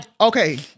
Okay